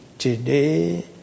Today